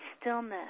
stillness